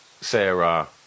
Sarah